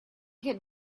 get